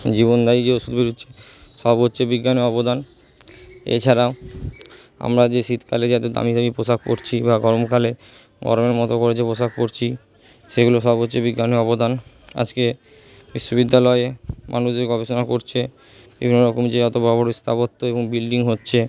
জীবনদায়ী যে ওষুধ বেরোচ্ছে সব হচ্চে বিজ্ঞানের অবদান এছাড়া আমরা যে শীতকালে যে এতো দামি দামি পোশাক পরছি বা গরমকালে গরমের মতো করে যে পোশাক পরছি সেগুলো সব হচ্ছে বিজ্ঞানের অবদান আজকে বিশ্ববিদ্যালয়ে মানুষ যে গবেষণা করছে বিভিন্ন রকম যে এতো বড়ো বড়ো স্থাপত্য এবং বিল্ডিং হচ্ছে